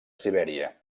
sibèria